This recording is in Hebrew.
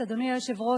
אדוני היושב-ראש,